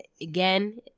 again